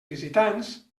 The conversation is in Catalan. visitants